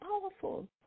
powerful